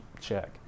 check